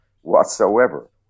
whatsoever